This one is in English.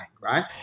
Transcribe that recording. right